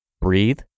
breathe